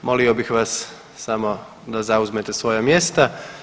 Molio bih vas samo da zauzmete svoja mjesta.